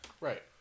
Right